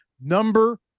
number